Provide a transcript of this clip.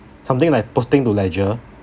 something like posting to ledger